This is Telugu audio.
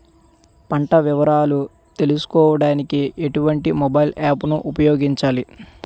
పంట వివరాలు తెలుసుకోడానికి ఎటువంటి మొబైల్ యాప్ ను ఉపయోగించాలి?